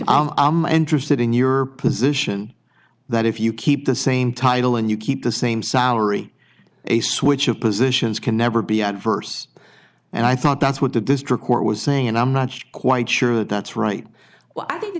act i'm interested in your position that if you keep the same title and you keep the same salary a switch of positions can never be adverse and i thought that's what the district court was saying and i'm not quite sure that's right well i think th